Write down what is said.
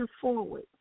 forward